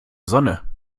sonne